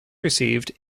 received